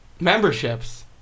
Memberships